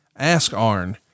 #AskArn